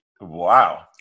Wow